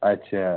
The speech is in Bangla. আচ্ছা